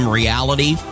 reality